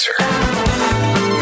answer